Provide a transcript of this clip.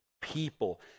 People